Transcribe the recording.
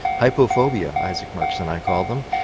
hypophobia isaac marks and i call them,